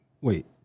Wait